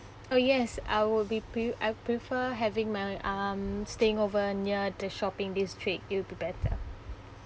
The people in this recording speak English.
oh yes I will be pre~ I prefer having my um staying over near the shopping district it'll be better